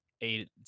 eight